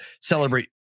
celebrate